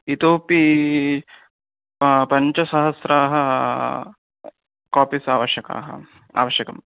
इतोपि पञ्चसहस्राः कापीस् आवश्यकाः आवश्यकाः